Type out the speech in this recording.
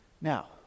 Now